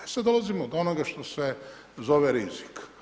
I sad dolazimo do onoga što se zove rizik.